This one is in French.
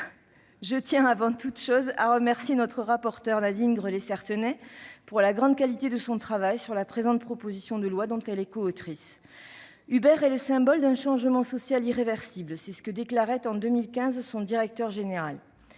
je tiens avant tout à remercier notre rapporteure, Nadine Grelet-Certenais, de la grande qualité de son travail sur la présente proposition de loi dont elle est co-autrice. « Uber est le symbole d'un changement social irréversible » déclarait en 2015 son directeur général.